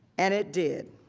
and it did.